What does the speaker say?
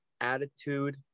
attitude